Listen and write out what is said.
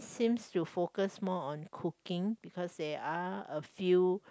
seems to focus more on cooking because there are a few